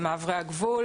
במעברי הגבול